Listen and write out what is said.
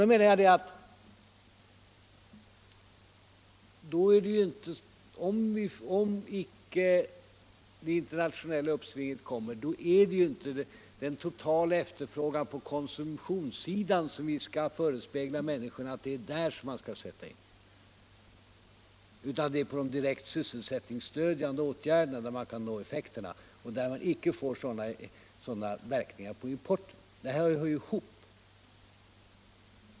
Jag menar att vi, för den händelse det icke kommer något internationellt uppsving, inte skall förespegla människorna att insatserna skall göras för att förbättra den totala efterfrågan på konsumtionsområdet. Det är i stället via direkt sysselsättningsstödjande åtgärder som man kan nå reella effekter, som inte har negativa verkningar på importen. Allt detta hör ju ihop.